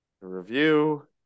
review